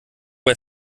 bei